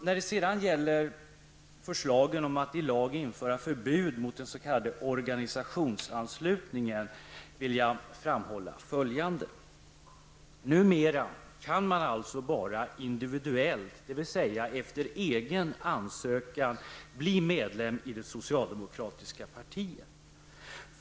När det sedan gäller förslagen om att i lag införa förbud mot den s.k. organisationsanslutningen vill jag framhålla följande. Numera kan man alltså bara individuellt, dvs. efter egen ansökan, bli medlem i det socialdemokratiska partiet.